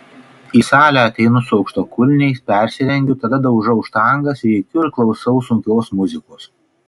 į salę ateinu su aukštakulniais persirengiu tada daužau štangas rėkiu ir klausau sunkios muzikos